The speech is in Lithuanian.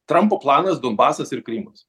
trampo planas donbasas ir krymas